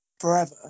forever